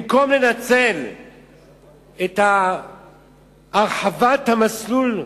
במקום לנצל את הרחבת המסלול,